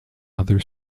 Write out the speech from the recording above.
other